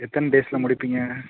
எத்தனை டேஸில் முடிப்பீங்க